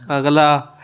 ਅਗਲਾ